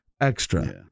extra